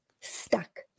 stuck